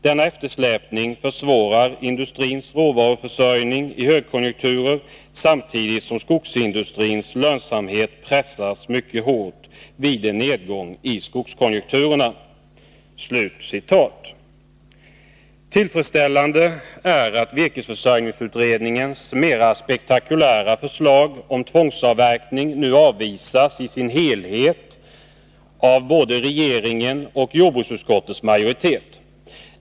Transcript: Denna eftersläpning försvårar industrins råvaruförsörjning i högkonjunkturer samtidigt som skogsindustrins lönsamhet pressas mycket hårt vid en nedgång i skogskonjunkturen.” Det är tillfredsställande att virkesförsörjningsutredningens mera spektakulära förslag om tvångsavverkning nu avvisas i sin helhet av både regeringen och jordbruksutskottets majoritet.